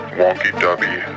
wonky-dubby